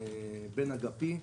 בין-אגפי.